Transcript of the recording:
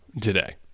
today